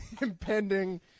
impending